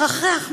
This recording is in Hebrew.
מרחרח,